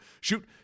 shoot